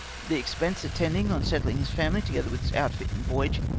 the expense attendant on setthng his family, together with his outfit and voyage,